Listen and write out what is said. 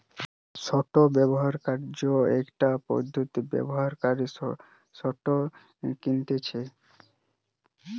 stock brokerage একটা পদ্ধতি ব্রোকাররা স্টক কিনতেছে